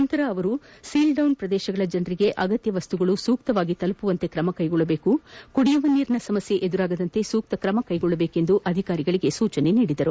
ನಂತರ ಅವರು ಸೀಲ್ಡೌನ್ ಪ್ರದೇಶಗಳ ಜನರಿಗೆ ಅಗತ್ಯ ವಸ್ತುಗಳು ಸೂಕ್ತವಾಗಿ ತಲುಪುವಂತೆ ತ್ರಮ ಕೈಗೊಳ್ಳಬೇಕು ಕುಡಿಯುವ ನೀರಿನ ಸಮಸ್ಯೆ ಉದ್ಧವಿಸದಂತೆ ಸೂಕ್ತ ತ್ರಮ ಕೈಗೊಳ್ಳಬೇಕೆಂದು ಅಧಿಕಾರಿಗಳಿಗೆ ಸೂಚಿಸಿದರು